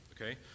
okay